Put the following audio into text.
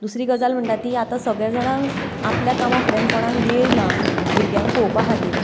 दुसरी गजाल म्हणटा ती आतां सगळ्या जाणांक आपल्या कामा फुड्यांत कोणाक वेळ ना भुरग्यांक पळोवपा खातीर